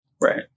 Right